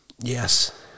Yes